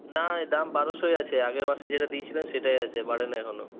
না এই দাম বারোশই আছে আগের মাসে যেটা দিয়েছিলেন সেটাই আছে বাড়েনি এখনও